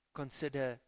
consider